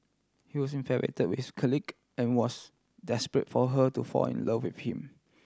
he was with colleague and was desperate for her to fall in love with him